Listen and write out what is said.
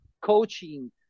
coaching